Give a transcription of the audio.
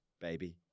baby